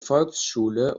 volksschule